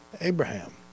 Abraham